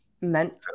meant